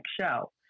show